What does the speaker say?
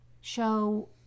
show